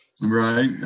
Right